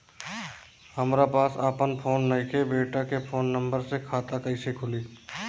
हमरा पास आपन फोन नईखे बेटा के फोन नंबर से खाता कइसे खुली?